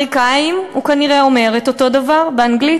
ולאמריקנים הוא כנראה הוא אומר את אותו דבר באנגלית.